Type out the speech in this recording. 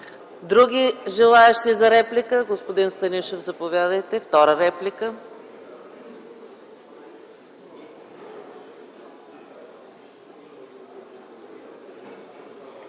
Други желаещи за реплики? Господин Станишев, заповядайте за втора реплика.